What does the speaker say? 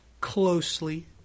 closely